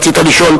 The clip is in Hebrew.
רצית לשאול